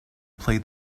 played